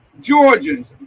Georgians